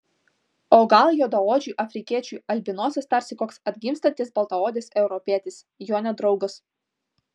o gal juodaodžiui afrikiečiui albinosas tarsi koks atgimstantis baltaodis europietis jo nedraugas